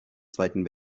zweiten